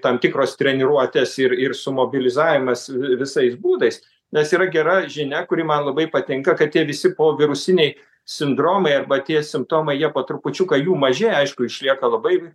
tam tikros treniruotės ir ir su mobilizavimas visais būdais nes yra gera žinia kuri man labai patinka kad tie visi povirusiniai sindromai arba tie simptomai jie po trupučiuką jų mažėja aišku išlieka labai